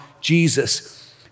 Jesus